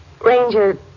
Ranger